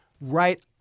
right